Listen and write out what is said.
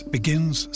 Begins